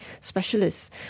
specialists